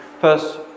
first